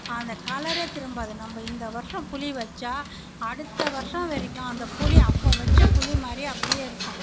அந்த கலரே திரும்பாது நம்ப இந்த வருஷம் புளி வச்சால் அடுத்த வருஷம் வரைக்கும் அந்த புளி அப்போ வச்ச புளி மாதிரியே அப்படியே இருக்கும்